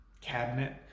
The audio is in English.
cabinet